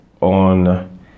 on